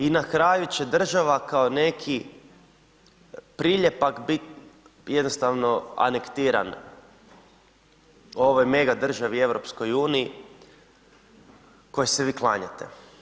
I na kraju će država kao neki priljepak bit jednostavno anektiran u ovoj mega državi EU kojoj se vi klanjate.